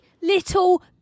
little